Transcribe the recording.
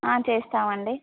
చేస్తామండి